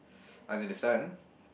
under the sun